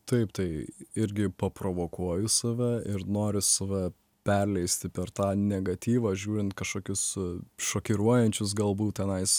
taip tai irgi paprovokuoju save ir noriu save perleisti per tą negatyvą žiūrint kažkokius šokiruojančius galbūt tenais